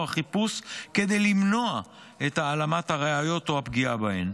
החיפוש כדי למנוע את העלמת הראיות או הפגיעה בהן.